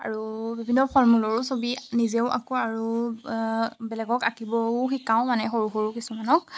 আৰু বিভিন্ন ফল মূলৰো ছবি নিজেও আঁকো আৰু বেলেগক আঁকিবও শিকাও মানে সৰু সৰু কিছুমানক